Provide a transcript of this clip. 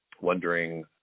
wondering